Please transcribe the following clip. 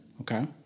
Okay